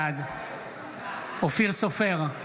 בעד אופיר סופר,